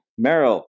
Meryl